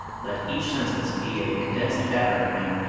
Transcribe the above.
let each sentence be a condensed battering ram,